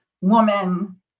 woman